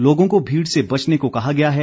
लोगों को भीड़ से बचने को कहा गया है